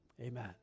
Amen